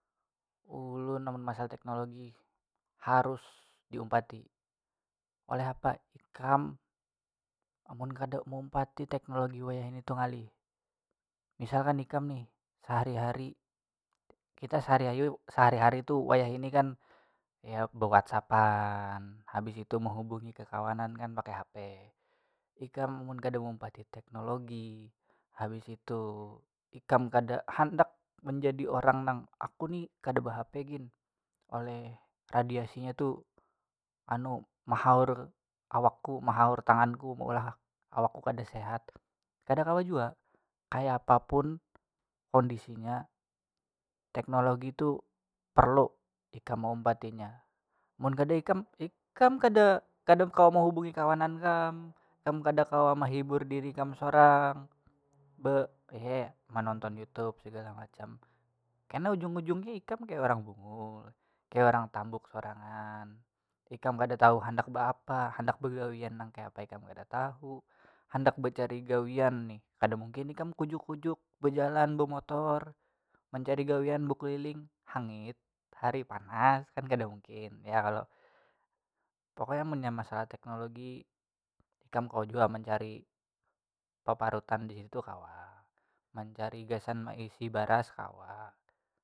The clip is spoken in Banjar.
Ulun amun masalah teknologi harus diumpati, oleh apa ikam amun kada meumpati teknologi wayahini tuh ngalih misalkan ikam nih sehari hari kita sehari hayuyu- sehari hari tu wayahini kan ya bewhatsappan habis itu mehubungi kakawanan kan pakai hp, ikam mun kada meumpati teknologi habis itu ikam kada handak menjadi orang nang aku ni behp gin oleh radiasinya tu anu mahaur awakku mahaur tanganku meulah awakku kada sehat kada kawa jua kayapapun kondisinya teknologi tu perlu ikam maumpatinya, mun kada ikam, ikam kada kada kawa mehubungi kawanan kam, ikam kada mehibur diri kam sorang be- eee- menonton youtube segala macam kena ujung ujungnya ikam kaya orang bungul kaya orang tambuk sorangan ikam kada tahu handak beapa, handak begawian nang kayapa ikam kada tahu, handak becari gawian nih kada mungkin ikam kujuk kujuk bajalan bemotor mencari gawian bekuliling hangit hari panas kan kada mungkinya kalo, pokoknya munnya masalah teknologi ikam kawa jua mencari paparutan disitu kawa, mencari gasan meisi baras kawa.